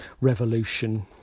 revolution